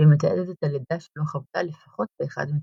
והיא מתעדת את הלידה שלא חוותה לפחות באחד מציוריה.